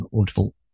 Audible